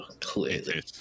clearly